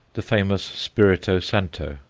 the famous spirito santo,